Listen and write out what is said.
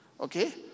okay